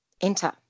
enter